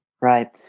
right